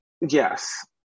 Yes